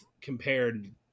compared